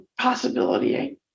possibility